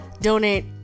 donate